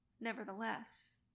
Nevertheless